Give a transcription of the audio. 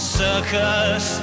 circus